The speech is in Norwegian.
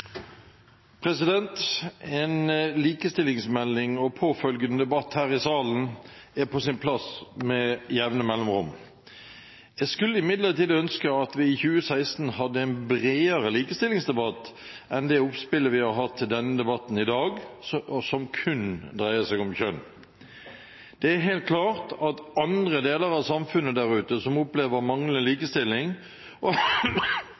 En likestillingsmelding og påfølgende debatt her i salen er på sin plass med jevne mellomrom. Jeg skulle imidlertid ønske at vi i 2016 hadde en bredere likestillingsdebatt enn det oppspillet vi har hatt til denne debatten i dag, og som kun dreier seg om kjønn. Det er helt klart andre deler av samfunnet der ute som opplever manglende likestilling, som fortjener vår oppmerksomhet, og